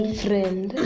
friend